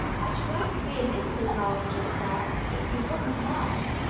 i should like to be a little larger, sir, if you wouldn't mind,